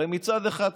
הרי מצד אחד,